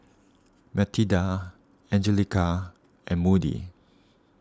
Matilda Angelica and Moody